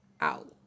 out